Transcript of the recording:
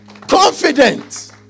Confident